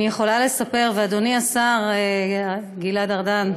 אני יכולה לספר, ואדוני השר גלעד ארדן,